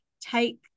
take